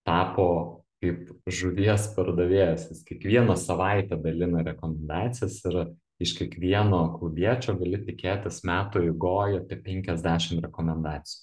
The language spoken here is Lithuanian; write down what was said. tapo kaip žuvies pardavėjas kiekvieną savaitę dalina rekomendacijas ir iš kiekvieno klubiečio gali tikėtis metų eigoj apie penkiasdešim rekomendacijų